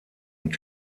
und